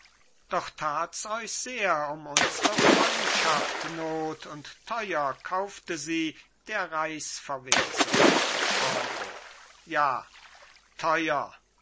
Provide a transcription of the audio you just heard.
doch tats euch sehr um unsre freundschaft not und teuer kaufte sie der reichsverweser talbot ja teuer